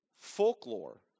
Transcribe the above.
folklore